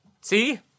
See